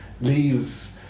leave